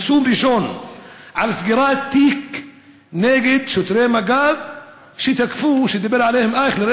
פרסום ראשון על סגירת תיק נגד שוטרי מג"ב שתקפו דיבר עליהם אייכלר,